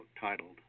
titled